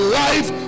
life